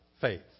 faith